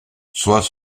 sois